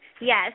Yes